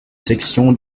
sections